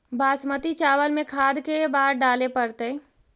बासमती चावल में खाद के बार डाले पड़तै?